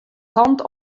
kant